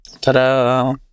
Ta-da